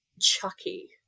chucky